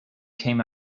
came